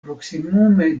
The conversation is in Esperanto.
proksimume